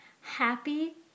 happy